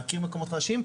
להכיר מקומות חדשים,